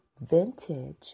Vintage